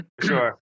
Sure